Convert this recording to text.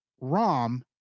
Rom